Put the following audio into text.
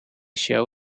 show